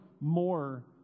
more